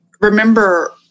remember